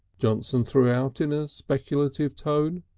johnson threw out in a speculative tone.